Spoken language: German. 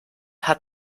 hat